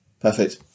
Perfect